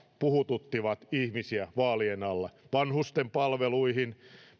puhututtivat ihmisiä vaalien alla vanhustenpalveluihin